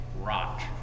rock